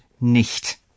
nicht